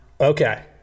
Okay